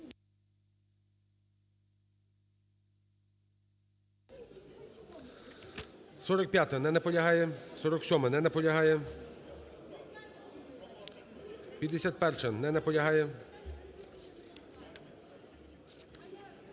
45-а. Не наполягає. 47-а. Не наполягає. 51-а. Не наполягає.